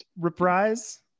Reprise